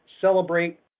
celebrate